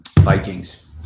Vikings